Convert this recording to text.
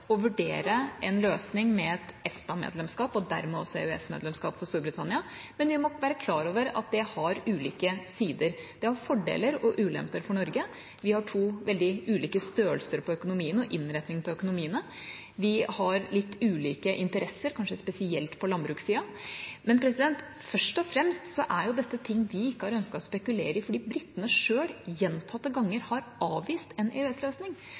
å vurdere en løsning med et EFTA-medlemskap og dermed også EØS-medlemskap for Storbritannia. Men vi må være klar over at det har ulike sider. Det har fordeler og ulemper for Norge. Vi har to veldig ulike størrelser på økonomiene og innretning på økonomiene. Vi har litt ulike interesser, kanskje spesielt på landbrukssiden. Men først og fremst er dette ting vi ikke har ønsket å spekulere i fordi britene selv gjentatte ganger har avvist en